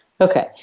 Okay